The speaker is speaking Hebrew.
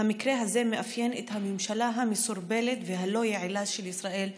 המקרה הזה מאפיין את הממשלה המסורבלת והלא-יעילה של ישראל היום.